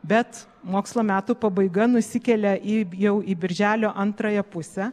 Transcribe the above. bet mokslo metų pabaiga nusikelia į jau į birželio antrąją pusę